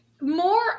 more